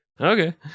Okay